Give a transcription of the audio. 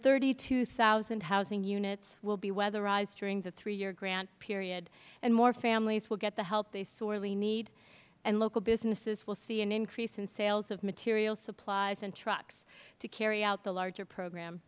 thirty two thousand housing units will be weatherized during the three year grant period and more families will get the help they sorely need and local businesses will see an increase in sales of materials supplies and trucks to carry out the larger program